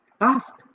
Ask